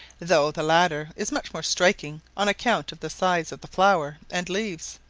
though the latter is much more striking on account of the size of the flower and leaves,